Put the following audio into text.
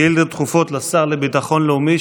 שאילתות דחופות לשר לביטחון הלאומי,